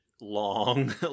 long